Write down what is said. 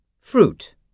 Fruit